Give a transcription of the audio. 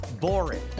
boring